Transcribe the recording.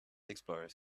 explorers